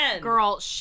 girl